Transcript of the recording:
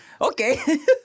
okay